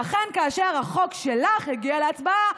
ואכן, כאשר החוק שלך הגיע להצבעה,